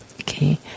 Okay